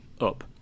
up